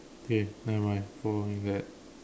okay nevermind following that